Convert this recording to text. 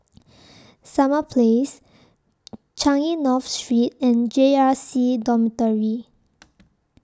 Summer Place Changi North Street and J R C Dormitory